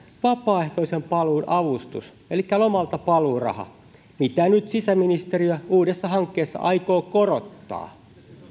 vapaaehtoisen paluun avustus elikkä lomaltapaluuraha mitä nyt sisäministeriö uudessa hankkeessa aikoo korottaa